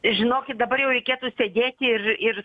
žinokit dabar jau reikėtų sėdėti ir ir